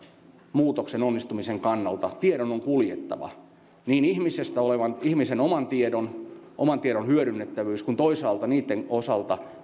muutoksen onnistumisen kannalta tiedon on kuljettava niin ihmisen oman tiedon oman tiedon hyödynnettävyyden kuin toisaalta niitten osalta